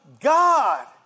God